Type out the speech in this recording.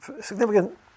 significant